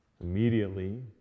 immediately